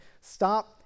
Stop